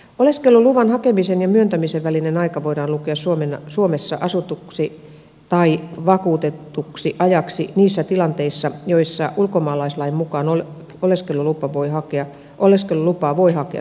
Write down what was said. oleskeluluvan hakemisen ja myöntämisen välinen aika voidaan lukea suomessa asutuksi tai vakuutetuksi ajaksi niissä tilanteissa joissa ulkomaalaislain mukaan oleskelulupaa voi hakea suomesta käsin